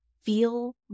feel